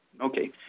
Okay